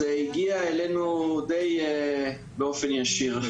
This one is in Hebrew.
זה הגיע אלינו די באופן ישיר.